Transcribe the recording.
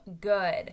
good